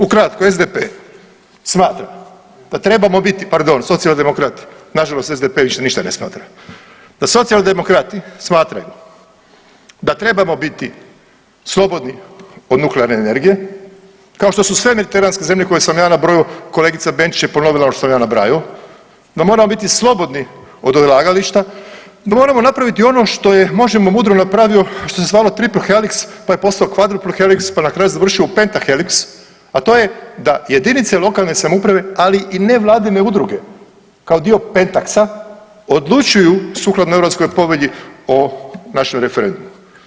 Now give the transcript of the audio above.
Ukratko, SDP smatra da trebamo biti, pardon Socijaldemokrati, nažalost SDP više ništa ne smatra, da Socijaldemokrati smatraju da trebamo biti slobodni od nuklearne energije kao što su sve mediteranske zemlje koje sam ja nabrojao, kolegica Benčić je ponovila ono što sam ja nabrajao, da moramo biti slobodni od odlagališta, da moramo napraviti ono što je … [[Govornik se ne razumije]] mudro napravio što se zvalo TripleHelix, pa je postao QuadroproHelix, pa na kraju završio u PentaHelix, a to je da JLS, ali i ne vladine udruge kao dio pentaksa odlučuju sukladno Europskoj povelji o našem referendumu.